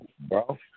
bro